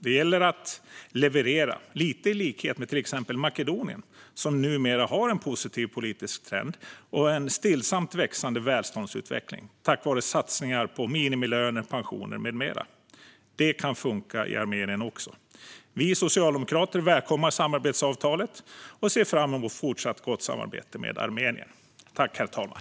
Det gäller att leverera, lite i likhet med till exempel Makedonien, som numera har en positiv politisk trend och en stillsamt växande välståndsutveckling tack vare satsningar på minimilöner, pensioner med mera. Det kan funka i Armenien också. Vi socialdemokrater välkomnar samarbetsavtalet och ser fram emot fortsatt gott samarbete med Armenien, herr talman.